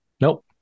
Nope